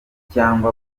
cyangwa